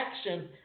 action